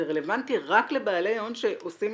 ורלוונטי רק לבעלי הון שעושים